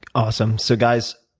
awesome. so guys,